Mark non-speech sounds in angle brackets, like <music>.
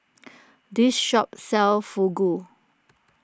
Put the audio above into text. <noise> this shop sells Fugu